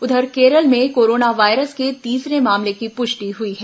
उधर केरल में corona virus के तीसरे मामले की पुष्टि हुई है